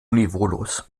niveaulos